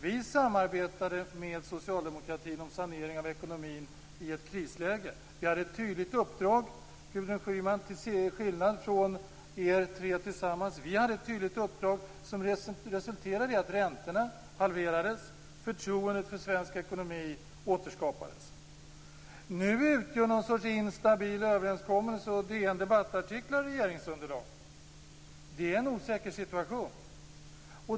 Vi samarbetade med socialdemokratin om sanering av ekonomin i ett krisläge. Vi hade ett tydligt uppdrag, Gudrun Schyman, till skillnad från er tre, som resulterade i att räntorna halverades och förtroendet för den svenska ekonomin återskapades. Nu utgör någon sorts instabil överenskommelse och DN debattartiklar regeringsunderlag. Det är en mycket osäker situation.